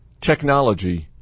technology –